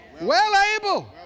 Well-able